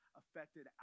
affected